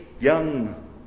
young